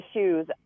issues